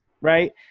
right